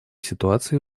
ситуации